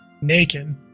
Naked